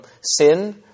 sin